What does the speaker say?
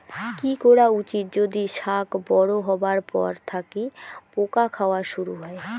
কি করা উচিৎ যদি শাক বড়ো হবার পর থাকি পোকা খাওয়া শুরু হয়?